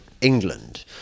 England